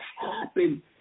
happen